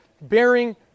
bearing